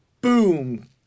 boom